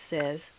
says